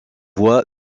voix